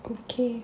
okay